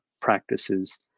practices